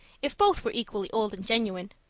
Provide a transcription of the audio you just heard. if both were equally old and genuine.